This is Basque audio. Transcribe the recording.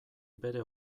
bere